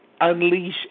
unleash